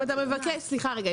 סליחה רגע,